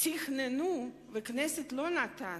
תכננו והכנסת לא נתנה